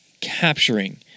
capturing